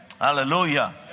Hallelujah